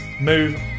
move